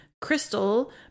Crystal